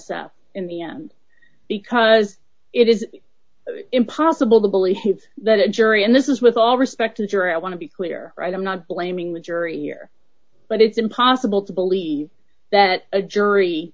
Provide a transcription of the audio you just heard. up in the end because it is impossible to believe that a jury and this is with all respect to the jury i want to be clear right i'm not blaming the jury here but it's impossible to believe that a jury